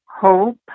hope